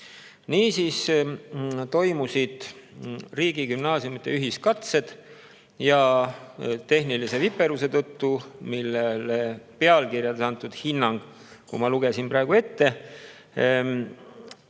Niisiis toimusid riigigümnaasiumide ühiskatsed ja tehnilise viperuse tõttu – pealkirjades anti selline hinnang, mille ma lugesin praegu ette